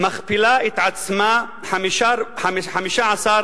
מכפילה את עצמה 15 פעם,